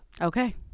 Okay